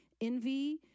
envy